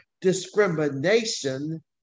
discrimination